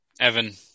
evan